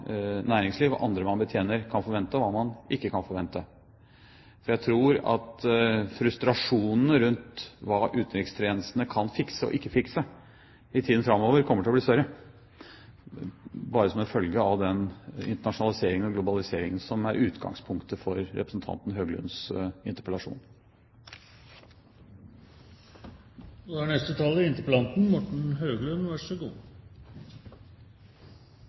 næringsliv og andre man betjener, kan forvente, og hva man ikke kan forvente. For jeg tror at frustrasjonene rundt hva utenrikstjenesten kan fikse og ikke fikse, i tiden framover kommer til å bli større, som en følge av den internasjonaliseringen og globaliseringen som er utgangspunktet for representanten Høglunds interpellasjon. Det er